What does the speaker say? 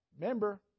remember